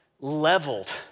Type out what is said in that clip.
leveled